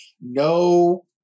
No